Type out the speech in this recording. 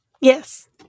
Yes